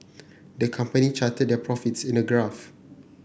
the company charted their profits in a graph